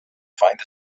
find